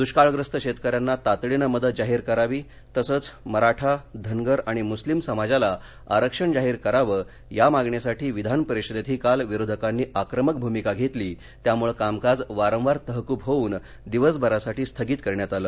दुष्काळग्रस्त शेतकऱ्यांना तातडीनं मदत जाहीर करावी तसंच मराठा धनगर आणि मुस्लिम समाजला आरक्षण जाहीर करावं या मागणीसाठी विधान परिषदेतही काल विरोधकांनी आक्रमक भूमिका घेतली त्यामुळे कामकाज वारंवार तहकूब होऊन दिवसभरासाठी स्थगित करण्यात आलं